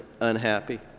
unhappy